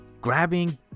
grabbing